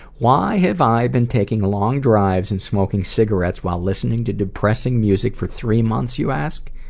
why have i been taking long drives and smoking cigarettes while listening to depressing music for three months you ask?